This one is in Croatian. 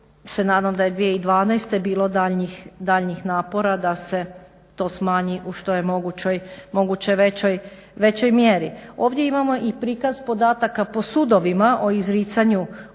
se nadam da je 2012. bilo daljnjih napora da se to smanji u što je moguće većoj mjeri. Ovdje imamo i prikaz podataka po sudovima o izricanju ovih